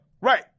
Right